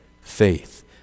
faith